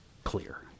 clear